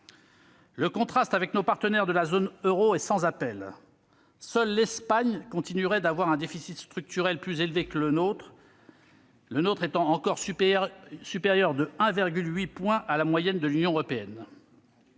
Le contraste avec nos partenaires de la zone euro est sans appel. Seule l'Espagne continuerait d'avoir un déficit structurel plus élevé que le nôtre, lui-même encore supérieur de 1,8 point à la moyenne de l'Union européenne.